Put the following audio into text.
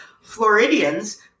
Floridians